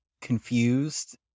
confused